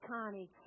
Connie